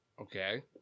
okay